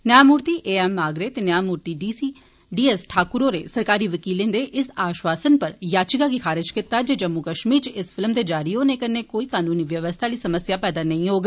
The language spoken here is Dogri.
न्यामूर्ति ए एम मागरे ते न्यामूर्ति डी एस ठाक्र होरें सरकारी वकीलें दे इस आश्वासन पर याचिका गी खारिज कीता जे जम्मू कश्मीर च इस फिल्म दे जारी होने कन्नै कोई कानून व्यवस्था आली समस्या नेई पैदा होग